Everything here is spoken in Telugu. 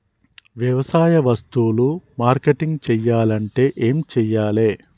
వ్యవసాయ వస్తువులు మార్కెటింగ్ చెయ్యాలంటే ఏం చెయ్యాలే?